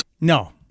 no